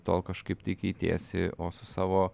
tol kažkaip tai keitiesi o su savo